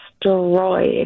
destroyed